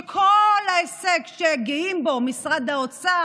כל ההישג שגאים בו במשרד האוצר,